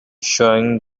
showing